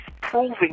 proving